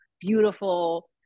beautiful